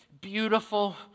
beautiful